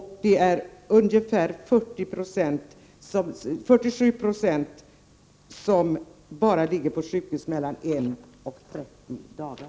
47 90 ligger på sjukhus mellan 1 och 30 dagar.